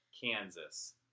Kansas